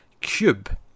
Cube